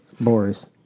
Boris